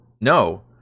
No